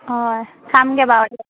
অ চামগৈ বাৰু